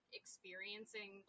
experiencing